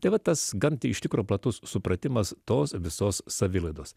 tai va tas gan iš tikro platus supratimas tos visos savilaidos